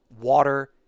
water